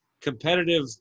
competitive